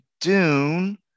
dune